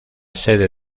sede